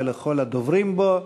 ולכל הדוברים בו.